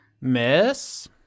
miss